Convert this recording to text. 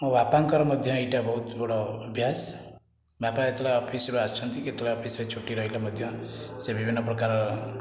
ମୋ ବାପାଙ୍କର ମଧ୍ୟ ଏଇଟା ବହୁତ ବଡ଼ ଅଭ୍ୟାସ ବାପା ଯେତେବେଳେ ଅଫିସ୍ରୁ ଆସନ୍ତି କେତେବେଳେ ଅଫିସ୍ରେ ଛୁଟି ରହିଲେ ମଧ୍ୟ ସେ ବିଭିନ୍ନ ପ୍ରକାର